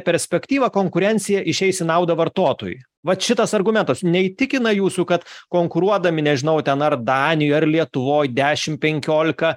perspektyva konkurencija išeis į naudą vartotojui vat šitas argumentas neįtikina jūsų kad konkuruodami nežinau ten ar danijoj ar lietuvoj dešim penkiolika